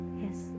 yes